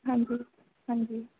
हां जी हां जी